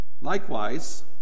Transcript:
Likewise